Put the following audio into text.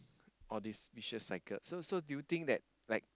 all these vicious cycle so do you think that like